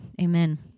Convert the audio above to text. Amen